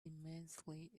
immensely